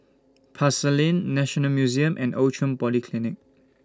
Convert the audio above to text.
Pasar Lane National Museum and Outram Polyclinic